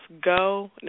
go